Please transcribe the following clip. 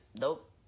Nope